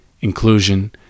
inclusion